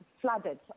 flooded